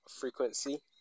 frequency